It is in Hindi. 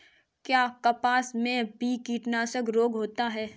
क्या कपास में भी कीटनाशक रोग होता है?